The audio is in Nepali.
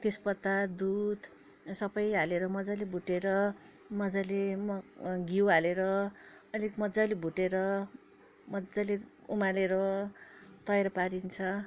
तेज पत्ता दुध सबै हालेर मजाले भुटेर मजाले म अ घिउ हालेर अलिक मजाले भुटेर मजाले उमालेर तयार पारिन्छ